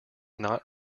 not